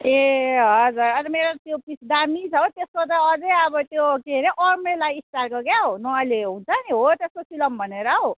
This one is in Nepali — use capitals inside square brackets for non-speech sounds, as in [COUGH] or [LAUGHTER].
ए हजुर अब मेरो त्यो पिस दामी छ हो त्यसको त अझै अब त्यो के अरे अम्ब्रेला स्टाइलको क्याउ [UNINTELLIGIBLE] हुन्छ नि हो त्यस्तो सिलाउँ भनेर हौ